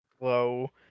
Low